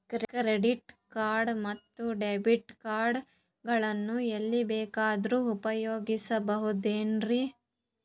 Credit card ಮತ್ತು debit card ಗಳನ್ನು ಎಲ್ಲಿ ಬೇಕಾದ್ರು ಉಪಯೋಗಿಸಬಹುದೇನ್ರಿ?